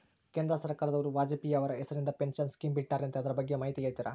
ಕೇಂದ್ರ ಸರ್ಕಾರದವರು ವಾಜಪೇಯಿ ಅವರ ಹೆಸರಿಂದ ಪೆನ್ಶನ್ ಸ್ಕೇಮ್ ಬಿಟ್ಟಾರಂತೆ ಅದರ ಬಗ್ಗೆ ಮಾಹಿತಿ ಹೇಳ್ತೇರಾ?